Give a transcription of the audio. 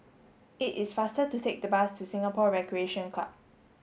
it is faster to take the bus to Singapore Recreation Club